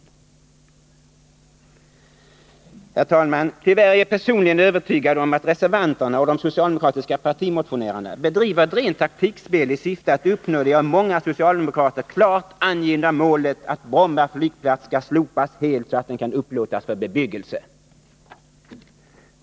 Herr talman! Jag är personligen övertygad om att reservanterna och de socialdemokratiska partimotionärerna tyvärr bedriver ett rent taktikspel i syfte att uppnå det av många socialdemokrater klart angivna målet att Bromma flygplats skall slopas helt, så att den kan upplåtas för bebyggelse.